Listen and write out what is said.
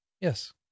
yes